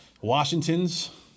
Washington's